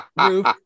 roof